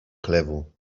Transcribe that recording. chlewu